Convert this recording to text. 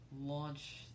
launch